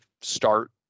start